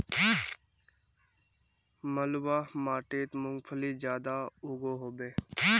बलवाह माटित मूंगफली ज्यादा उगो होबे?